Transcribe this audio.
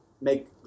make